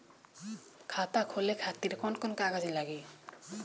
खाता खोले खातिर कौन कौन कागज लागी?